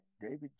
david